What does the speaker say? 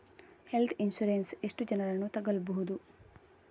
Health insurance ಎಷ್ಟು ಜನರನ್ನು ತಗೊಳ್ಬಹುದು?